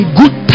good